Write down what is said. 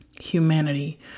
humanity